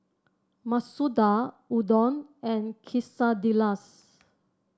Masoor Dal Udon and Quesadillas